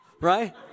right